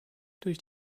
durch